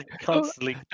constantly